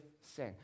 sin